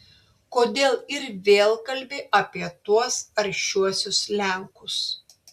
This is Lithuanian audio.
kodėl ir vėl kalbi apie tuos aršiuosius lenkus